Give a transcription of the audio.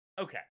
Okay